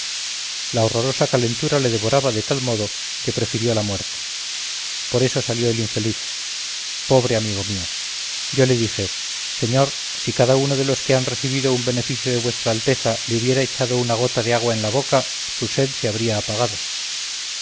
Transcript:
la horrorosa calentura le devoraba de tal modo que prefirió la muerte por eso salió el infeliz pobre amigo mío yo le dije señor si cada uno de los que han recibido un beneficio de vuestra alteza le hubiera echado una gota de agua en la boca su sed se habría apagado